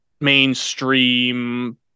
mainstream